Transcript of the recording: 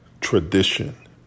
tradition